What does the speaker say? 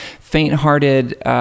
faint-hearted